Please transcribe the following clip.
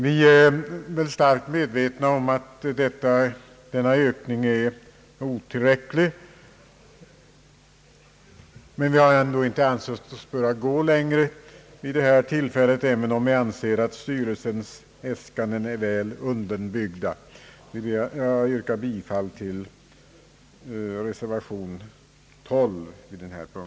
Vi är starkt medvetna om att denna ökning är otillräcklig men har ändå inte ansett oss kunna gå längre vid detta tillfälle, även om vi anser att styrelsens äskanden är väl underbyggda. Herr talman! Jag yrkar bifall till reservationen.